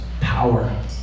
power